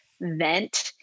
vent